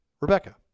Rebecca